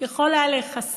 יכול היה להיחסך